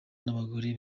n’abagore